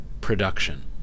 production